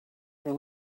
than